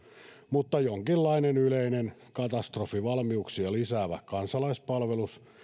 mutta jonkinlainen yleinen katastrofivalmiuksia lisäävä kansalaispalvelus